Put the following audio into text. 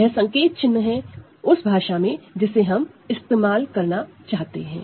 यह संकेत चिन्ह है उस भाषा में जिसे हम इस्तेमाल करना चाहते हैं